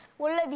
what do you